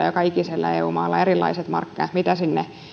joka ikisellä eu maalla erilaiset markkinat sen suhteen mitä sinne